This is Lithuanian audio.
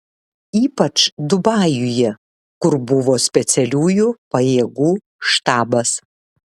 ypač dubajuje kur buvo specialiųjų pajėgų štabas